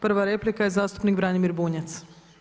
Prva replika je zastupnik Branimir Bunjac.